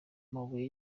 amabuye